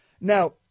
Now